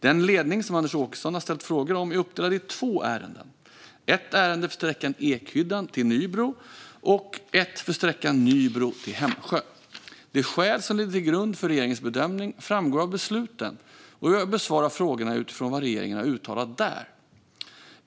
Den ledning som Anders Åkesson har ställt frågor om är uppdelad i två ärenden: ett ärende för sträckan Ekhyddan till Nybro och ett för sträckan Nybro till Hemsjö. De skäl som ligger till grund för regeringens bedömning framgår av besluten, och jag besvarar frågorna utifrån vad regeringen har uttalat där.